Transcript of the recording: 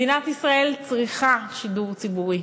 מדינת ישראל צריכה שידור ציבורי.